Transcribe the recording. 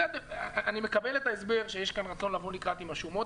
אני מקבל את ההסבר שיש כאן רצון לבוא לקראת עם השומות,